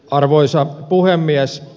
arvoisa puhemies